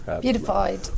Beautified